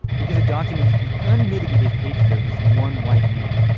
because it documented the unmitigated hatred of as one white man.